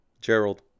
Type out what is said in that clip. Gerald